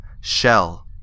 shell